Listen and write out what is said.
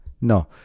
No